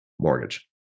mortgage